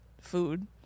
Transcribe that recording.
food